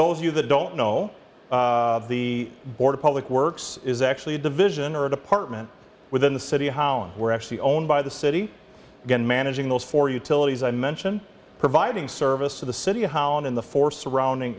those you that don't know the board of public works is actually a division or a department within the city how we're actually owned by the city again managing those four utilities i mention providing service to the city how in the four surrounding